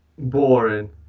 boring